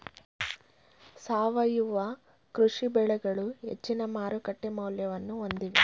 ಸಾವಯವ ಕೃಷಿ ಬೆಳೆಗಳು ಹೆಚ್ಚಿನ ಮಾರುಕಟ್ಟೆ ಮೌಲ್ಯವನ್ನು ಹೊಂದಿವೆ